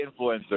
influencer